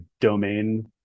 domain